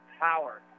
Power